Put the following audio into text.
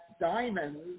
diamonds